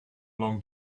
long